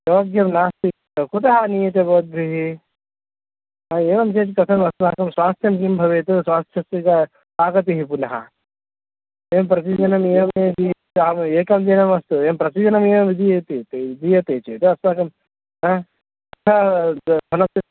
योग्यं नास्ति एव कुतः आनीयते भवद्भिः हा एवं चेत् कथम् अस्माकं स्वास्थ्यं किं भवेत् स्वास्थ्यस्य च का गतिः पुनः एवं प्रतिदिनम् एवमेव यदि अहम् एकं दिनम् अस्तु एवं प्रतिदिनमेवमिति इत्युक्ते दीयते चेत् अस्माकं हा धनस्य